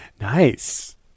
Nice